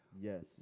Yes